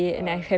oh